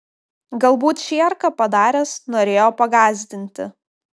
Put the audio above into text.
galbūt čierką padaręs norėjo pagąsdinti